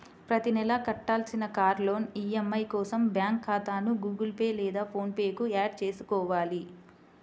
ప్రతి నెలా కట్టాల్సిన కార్ లోన్ ఈ.ఎం.ఐ కోసం బ్యాంకు ఖాతాను గుగుల్ పే లేదా ఫోన్ పే కు యాడ్ చేసుకోవాలి